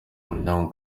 umuryango